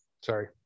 Sorry